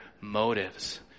motives